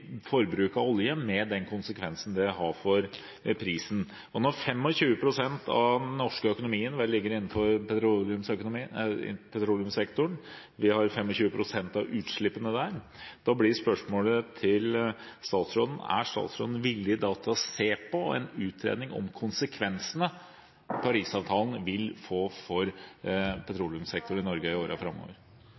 forbruk betydelig. Da må det bli sånn at man også får en reduksjon i forbruket av olje med den konsekvensen det har for prisen. Når 25 pst. av den norske økonomien ligger i petroleumssektoren og vi har 25 pst. av utslippene der, blir spørsmålet til statsråden: Er statsråden villig til å se på en utredning av konsekvensene Paris-avtalen vil få for petroleumssektoren i Norge i årene framover?